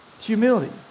humility